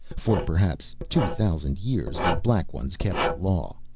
for perhaps two thousand years the black ones kept the law.